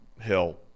Hill